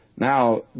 Now